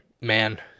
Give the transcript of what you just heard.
man